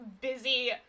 busy